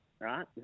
right